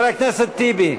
חבר הכנסת טיבי.